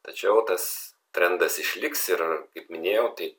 tačiau tas trendas išliks ir kaip minėjau tai